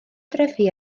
drefi